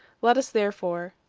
let us, therefore,